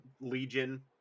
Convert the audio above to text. legion